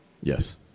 Yes